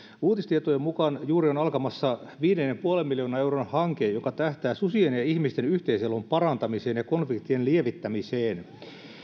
uutistietojen mukaan juuri on alkamassa viiden ja puolen miljoonan euron hanke joka tähtää susien ja ihmisten yhteiselon parantamiseen ja konfliktien lievittämiseen